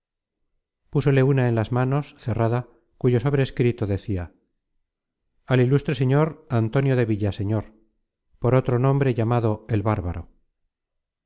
púsole una en las manos cerrada cuyo sobrescrito decia al ilustre señor antonio de villaseñor por otro nombre llamado el bárbaro